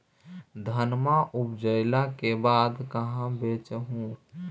धनमा उपजाईला के बाद कहाँ बेच हू?